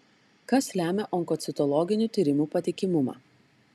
kas lemia onkocitologinių tyrimų patikimumą